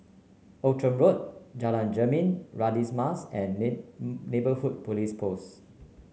Outram Road Jalan Jermin Radin's Mas and Neighbourhood Police Post